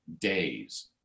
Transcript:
days